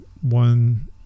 one